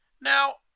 Now